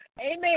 amen